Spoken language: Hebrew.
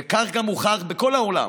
וכך גם הוכח בכל העולם: